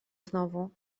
znowu